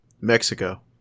Mexico